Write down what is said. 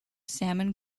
salmon